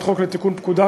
למעט פרויקט